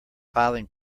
filing